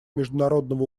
международного